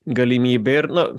galimybę ir nu